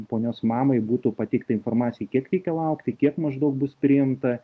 ponios mamai būtų pateikta informacija kiek reikia laukti kiek maždaug bus priimta